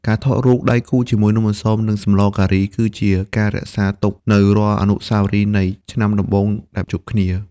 ការថតរូបភាពគូជាមួយនំអន្សម និងសម្លការី គឺជាការរក្សាទុកនូវរាល់អនុស្សាវរីយ៍នៃ "ឆ្នាំដំបូងដែលជួបគ្នា"។